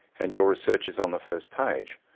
and your research is on the first page,